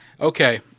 okay